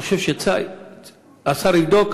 אני חושב שהשר יבדוק,